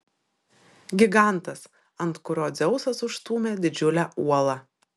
gigantas ant kurio dzeusas užstūmė didžiulę uolą